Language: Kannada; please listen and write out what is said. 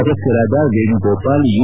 ಸದಸ್ನರಾದ ವೇಣುಗೋಪಾಲ್ ಯು